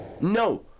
No